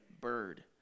bird